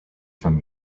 from